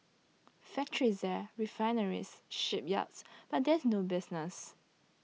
factories there refineries shipyards but there's no business